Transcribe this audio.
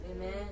Amen